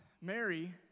Mary